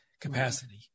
capacity